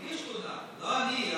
הגיש תלונה, לא אני,